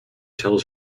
tells